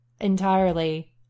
entirely